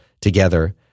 together